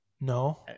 no